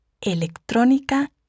electrónica